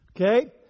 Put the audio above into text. Okay